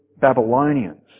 Babylonians